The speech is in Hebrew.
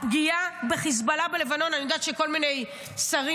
הפגיעה בחיזבאללה בלבנון אני יודעת שכל מיני שרים